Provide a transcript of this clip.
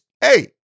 hey